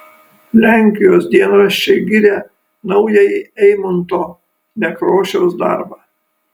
lenkijos dienraščiai giria naująjį eimunto nekrošiaus darbą